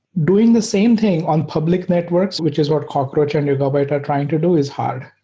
doing the same thing on public networks, which is what cockroach and yugabyte are trying to do is hard.